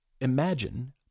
imagine